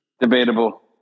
Debatable